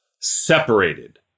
separated